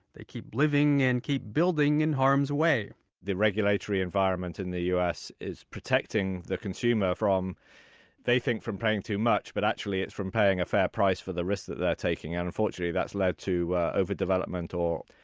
they keep living and keep building in harm's way the regulatory environment in the u s. is protecting the consumer, they think, from paying too much. but actually it's from paying a fair price for the risk that they're taking. and unfortunately, that's led to overdevelopment or,